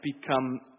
become